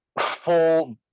full